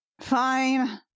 Fine